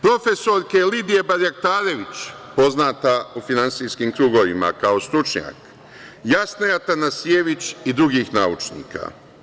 Profesorke Lidije Barjaktarević, poznata u finansijskim krugovima kao stručnjak, Jasne Atanasijević i drugih naučnika.